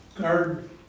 guard